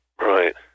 right